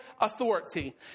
authority